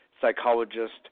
psychologist